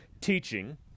teaching